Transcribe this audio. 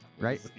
Right